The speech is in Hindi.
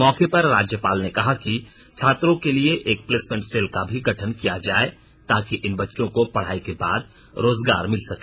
मौके पर राज्यपाल ने कहा कि छात्रों के लिए एक प्लेसमेंट सेल का भी गठन किया जाए ताकि इन बच्चों को पढ़ाई के बाद रोजगार मिल सके